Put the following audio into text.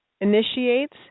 initiates